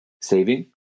saving